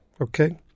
okay